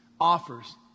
offers